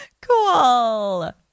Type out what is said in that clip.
Cool